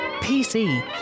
PC